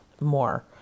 more